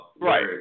Right